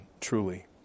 truly